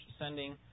sending